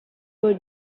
were